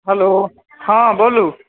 hello हँ बोलू